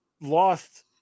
lost